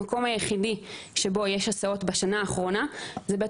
המקום היחידי שיש בו הסעות בשנה האחרונה זה בית